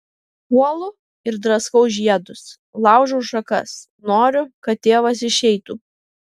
puolu ir draskau žiedus laužau šakas noriu kad tėvas išeitų